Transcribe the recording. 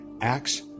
acts